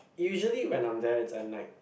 usually when I'm there it's at night